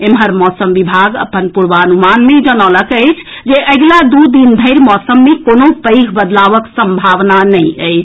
एम्हर मौसम विभाग अपन पूर्वानुमान मे जनौलक अछि जे अगिला दू दिन धरि मौसम मे कोनो पैघ बदलावक सम्भावना नहि अछि